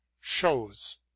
shows